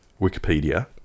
Wikipedia